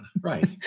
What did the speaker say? Right